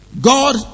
God